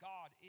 God